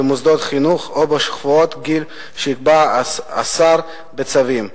במוסדות חינוך או בשכבות גיל שיקבע השר בצווים,